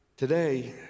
today